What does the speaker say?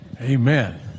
Amen